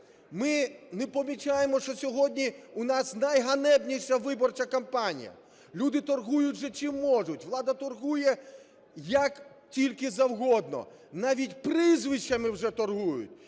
Ми не помічаємо, що сьогодні у нас найганебніша виборча кампанія. Люди торгують вже чим можуть, влада торгує як тільки завгодно. Навіть прізвищами вже торгують.